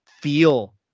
feel